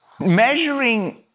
measuring